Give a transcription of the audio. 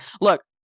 Look